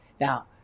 now